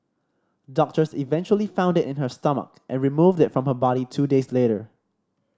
doctors eventually found it in her stomach and removed it from her body two days later